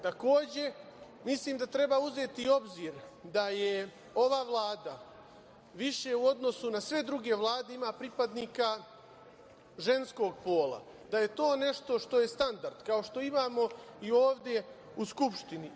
Takođe, mislim da treba uzeti u obzir da ova Vlada više u odnosu na sve druge vlade ima pripadnika ženskog pola, da je to nešto što je standard, kao što imamo i ovde u Skupštini.